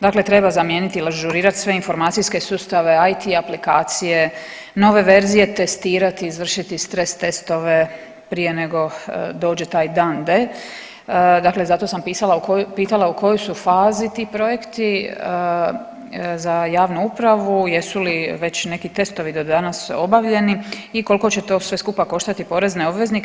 Dakle, treba zamijeniti il ažurirati sve informacije sustave IT aplikacije, nove verzije, testirati, izvršiti stres testove prije nego dođe taj dan D. Dakle, zato sam pisala u, pitala u kojoj su fazi ti projekti za javnu upravu, jesu li već neki testovi do danas obavljeni i koliko će to sve skupa koštati porezne obveznike.